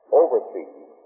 overseas